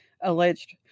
alleged